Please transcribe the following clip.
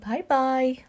Bye-bye